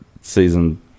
season